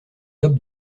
top